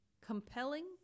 compelling